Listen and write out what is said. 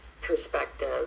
perspective